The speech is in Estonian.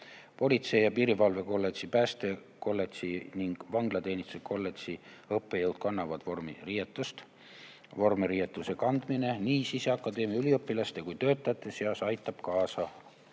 Politsei- ja piirivalvekolledži, päästekolledži ning vanglateenistuse kolledži õppejõud kannavad vormiriietust. Vormiriietuse kandmine Sisekaitseakadeemia üliõpilaste ja ka töötajate seas aitab kaasa